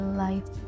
life